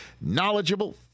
knowledgeable